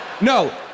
no